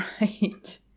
right